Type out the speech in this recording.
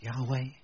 Yahweh